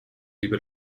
lieber